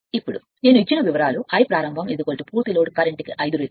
ఇప్పుడు నేను ఇచ్చిన వివరాలు Iప్రారంభం పూర్తి లోడ్ కరెంట్ కి 5 రెట్లు